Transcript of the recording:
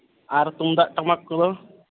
ᱟᱨ ᱛᱩᱢᱫᱟᱜᱼᱴᱟᱢᱟᱠ ᱠᱚᱫᱚ